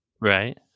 Right